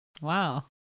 Wow